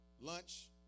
Lunch